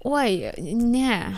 oi ne